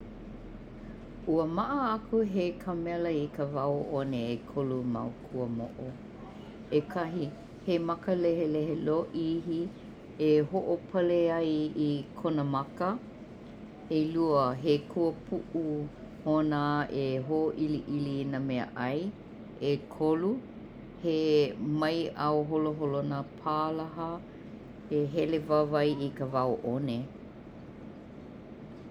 Ua maʻa aku he kāmela i ka wao ne ʻekolu mau kuamoʻo. ʻEkahi, he maka lehelehe lōʻihi e hoʻopale ai i kona maka ʻElua, He kuapuʻu ona, e hōiliʻili i nā mea ʻai ʻEkolu, he maiʻao holoholonā pālaha e hele wāwai i ka wao one.